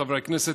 חברי הכנסת,